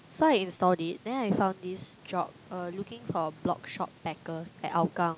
so I installed it then I found this job um looking for blog shop packers at Hougang